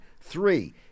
Three